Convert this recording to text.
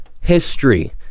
history